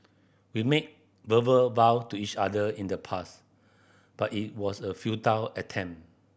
we made verbal vow to each other in the past but it was a futile attempt